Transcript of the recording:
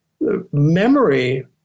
memory